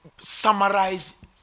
Summarize